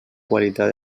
qualitat